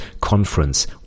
conference